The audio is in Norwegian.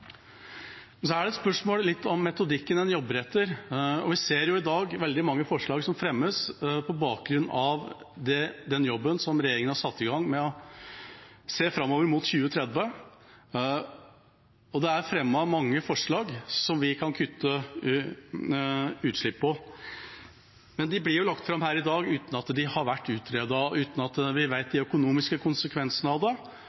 spørsmål om metodikken man jobber etter. Vi ser i dag veldig mange forslag som fremmes på bakgrunn av den jobben som regjeringa har satt i gang med å se framover mot 2030. Det er fremmet mange forslag som vi kan kutte utslipp med, men de blir lagt fram her i dag uten at de har vært utredet, uten at vi vet de økonomiske konsekvensene av det,